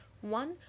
One